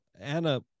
Anna